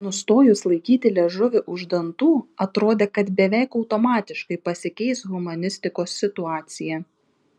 nustojus laikyti liežuvį už dantų atrodė kad beveik automatiškai pasikeis humanistikos situacija